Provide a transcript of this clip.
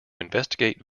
investigate